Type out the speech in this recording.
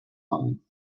fine